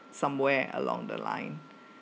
somewhere along the line